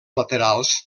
laterals